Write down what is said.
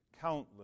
countless